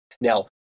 Now